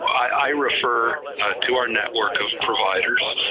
i refer to our network of providers,